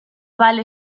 vale